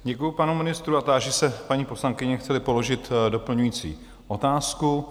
Děkuji panu ministru a táži se paní poslankyně, chceli položit doplňující otázku?